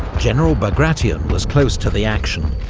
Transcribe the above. general bagration was close to the action,